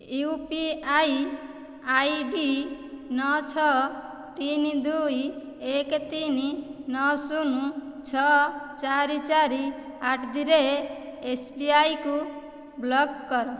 you P I I D ନଅ ଛଅ ତିନି ଦୁଇ ଏକ ତିନି ନଅ ଶୂନ ଛଅ ଚାରି ଚାରି ଆଡ଼ଦୀରେଟ୍ ଏସ୍ବିଆଇକୁ ବ୍ଲକ୍ କର